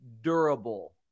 durable